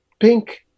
Pink